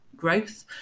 growth